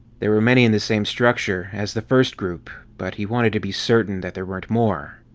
there were many in the same structure as the first group, but he wanted to be certain that there weren't more,